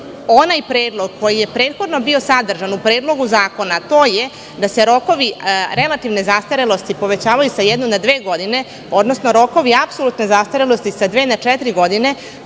onaj predlog koji je prethodno bio sadržan u Predlogu zakona, a to je da se rokovi relativne zastarelosti povećavaju sa jedne na dve godine, odnosno rokovi apsolutne zastarelosti sa dve na četiri godine.